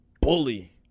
bully